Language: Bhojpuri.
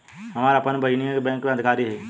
हमार आपन बहिनीई बैक में अधिकारी हिअ